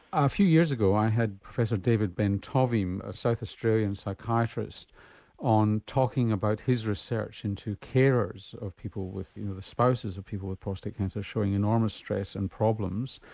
a few years ago i had professor david ben tovim a south australian psychiatrist on talking about his research into carers of people, you know the spouses of people with prostate cancer showing enormous stress and problems.